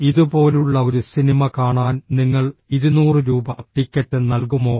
ഇതുപോലുള്ള ഒരു സിനിമ കാണാൻ നിങ്ങൾ 200 രൂപ ടിക്കറ്റ് നൽകുമോ